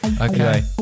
okay